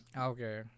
okay